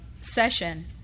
session